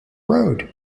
road